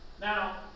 Now